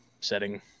setting